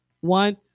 one